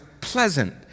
pleasant